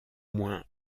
moins